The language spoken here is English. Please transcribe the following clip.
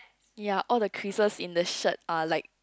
ya all the creases in the shirt are like